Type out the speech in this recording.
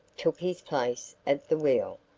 took his place at the wheel,